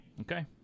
Okay